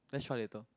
let's try later